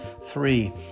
Three